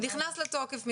הוא נכנס לתוקף מיידית.